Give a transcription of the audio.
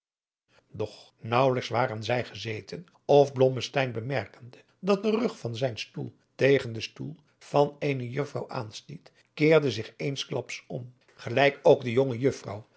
doch naauwelijks waren zij gezeten of blommesteyn bemerkende dat de rug van zijn stoel tegen den stoel van eene juffrouw aanstiet keerde zich eensklaps om gelijk ook de jonge juffrouw